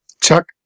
Chuck